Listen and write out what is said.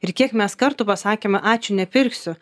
ir kiek mes kartu pasakėme ačiū nepirksiu